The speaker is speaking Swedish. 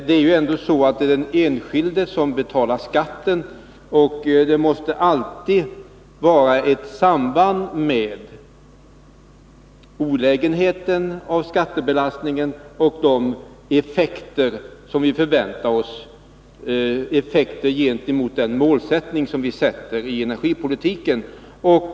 Det är ju ändå den enskilde som betalar skatten, och det måste alltid vara ett rimligt samband mellan olägenheterna av skattebelastningen och de effekter som vi förväntar oss när det gäller att uppfylla det mål vi har uppställt i energipolitiken.